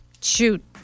shoot